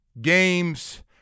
games